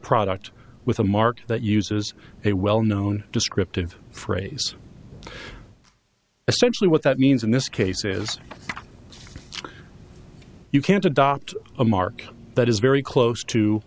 product with a market that uses a well known descriptive phrase essentially what that means in this case is you can't adopt a mark that is very close to